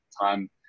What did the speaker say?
time